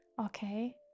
okay